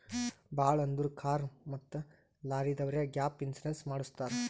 ಭಾಳ್ ಅಂದುರ್ ಕಾರ್ ಮತ್ತ ಲಾರಿದವ್ರೆ ಗ್ಯಾಪ್ ಇನ್ಸೂರೆನ್ಸ್ ಮಾಡುಸತ್ತಾರ್